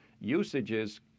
usages